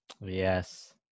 Yes